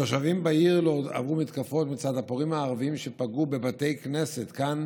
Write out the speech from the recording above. התושבים בעיר עברו מתקפות מצד הפורעים הערבים שפגעו בבתי כנסת כאן,